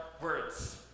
words